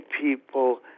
people